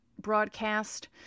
broadcast